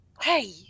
Hey